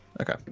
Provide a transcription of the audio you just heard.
Okay